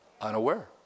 unaware